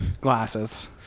glasses